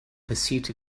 pursuit